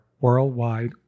worldwide